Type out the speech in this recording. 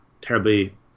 terribly